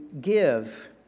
give